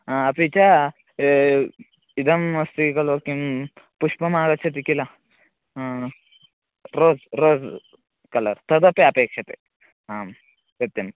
आ अपि च इदम् अस्ति खलु किं पुष्पमागच्छति किल रोस् रोस् कलर् तदपि अपेक्षते आम् सत्यम्